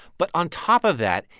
but on top of that,